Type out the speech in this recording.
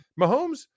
Mahomes